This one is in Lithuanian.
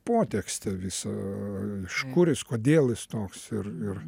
potekstę visą iš kur jis kodėl jis toks ir ir